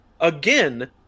again